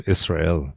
Israel